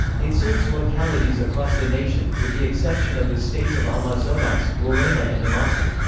it serves localities across the nation, with the exception of the states of amazonas, roraima and amapa.